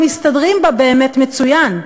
מסתדרים בה באמת מצוין,